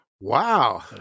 Wow